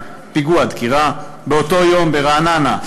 במעלה-אדומים,